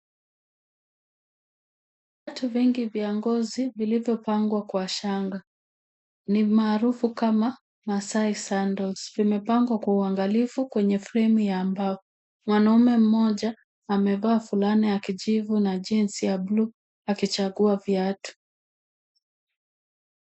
Viatu vingi vya ngozi vilivyopangwa kwa shanga ni maarufu kama maasai sandles. Zimepangwa kwa uangalifu kwenye fremu ya mbao. Mwanaume mmoja amevaa fulana ya kijivu na jinsi ya buluu akichagua viatu.